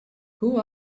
who